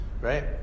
right